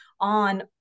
on